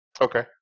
Okay